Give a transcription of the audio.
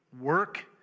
work